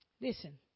Listen